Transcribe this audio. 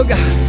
God